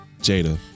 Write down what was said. Jada